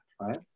right